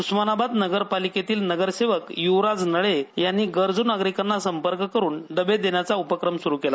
उस्मानाबाद नगरपालिकेतील नगरसेवक युवराज नळे यांनी गरजू नागरिकांना संपर्क करून डबे देण्याचा उपक्रम सुरू केला